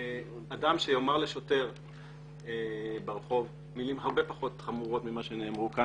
אדם שיאמר לשוטר ברחוב מילים הרבה פחות חמורות ממה שנאמרו כאן,